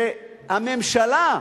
שהממשלה,